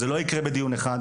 זה לא יקרה בדיון אחד,